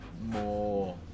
more